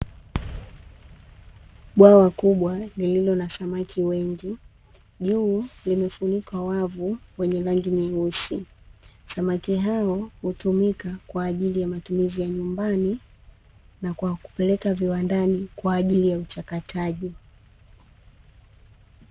Bwawa kubwa lililo na samaki wengi, juu limefunikwa wavu wenye rangi nyeusi. Samaki hao hutumika kwaajili ya matumizi ya nyumbani na kwa kupeleka viwandani kwaajili ya uchakataji.